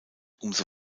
umso